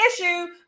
issue